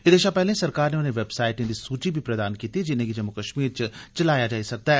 एह्दे शां पैह्ले सरकार नै उनें बेवसाईटे दी सूची प्रदान कीती जिनेंगी जम्मू कश्मीर च चलाया जाई सकदा ऐ